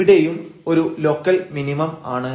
ഇവിടെയും ഒരു local minimum ആണ്